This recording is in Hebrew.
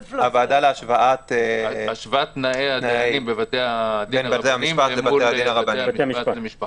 הוועדה להשוואת תנאי הדיינים בבתי-הדין לתנאים של שופטי בית המשפט.